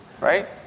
right